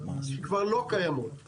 שכבר לא קיימות.